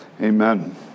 amen